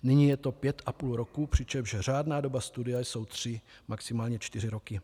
Nyní je to pět a půl roku, přičemž řádná doba studia jsou tři, maximálně čtyři roky.